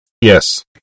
Yes